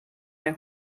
der